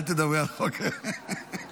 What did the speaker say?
תדברי על חוק הרבנים.